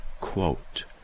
quote